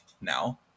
now